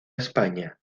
españa